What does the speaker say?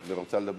את רוצה לדבר?